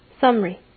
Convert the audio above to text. Summary